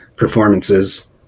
performances